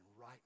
right